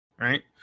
Right